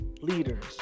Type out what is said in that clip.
leaders